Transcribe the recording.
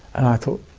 i thought,